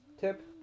Tip